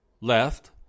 left